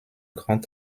grand